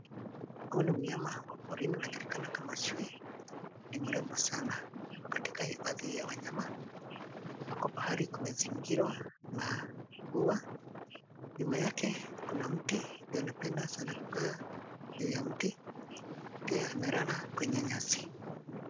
Huyu ni mnyama wa porini anajulikana kama chui. Ni mrembo sana. Yupo katika hifadhi ya wanyama. Yuko pahali kumezingirwa na ua. Nyuma yake, kuna mti juu anapenda sana kukaa juu ya mti. Pia amelala kwenye nyasi.